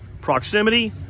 proximity